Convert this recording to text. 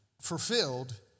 fulfilled